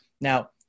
Now